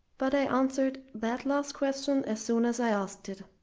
but i answered that last question as soon as i asked it,